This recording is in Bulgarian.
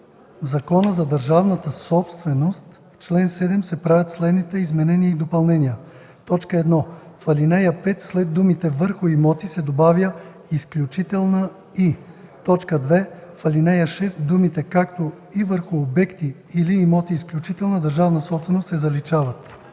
В Закона за държавната собственост в чл. 7 се правят следните изменения и допълнения: 1. В ал. 5 след думите „върху имоти –” се добавя „изключителна и”. 2. В ал. 6 думите „както и върху обекти или имоти – изключителна държавна собственост” се заличават.”